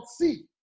see